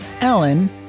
Ellen